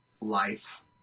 life